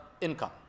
income